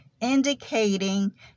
indicating